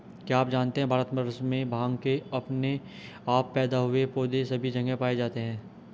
क्या आप जानते है भारतवर्ष में भांग के अपने आप पैदा हुए पौधे सभी जगह पाये जाते हैं?